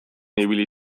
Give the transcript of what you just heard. ibili